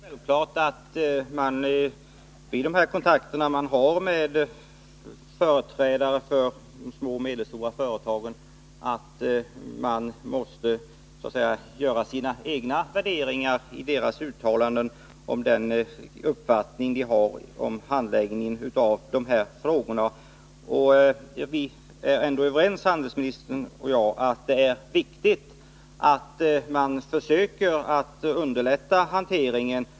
Fru talman! Det är klart att man vid de kontakter man har med företrädare för de små och medelstora företagen måste göra sina egna värderingar när det gäller deras bedömning av handläggningen av de här frågorna. Handelsministern och jag är ändå överens om att det är viktigt att man försöker att underlätta hanteringen.